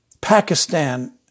Pakistan